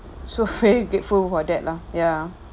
so very grateful for that lah ya